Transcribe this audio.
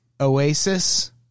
oasis